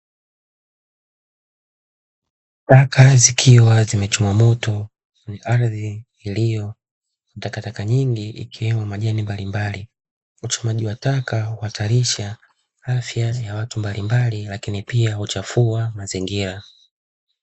Taka zikiwa zimechomwa moto, ni ardhi iliyo na takataka nyingi ikiwemo majani mbalimbali. Uchomaji wa taka huatarisha afya ya watu mbalimbali lakini pia huchafua mazingira.